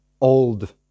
old